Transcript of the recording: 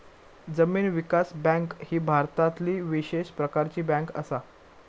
जमीन विकास बँक ही भारतातली विशेष प्रकारची बँक असा